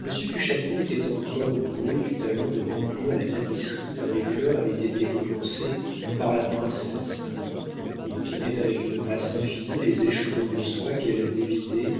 du châtelet était encore doué du talent de remplir la tapisserie dont les fleurs avaient été commencées par la princesse il tenait avec une grâce infinie les écheveaux de soie qu'elle dévidait